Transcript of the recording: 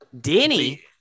Denny